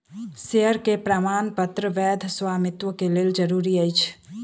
share के प्रमाणपत्र वैध स्वामित्व के लेल जरूरी अछि